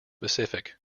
specific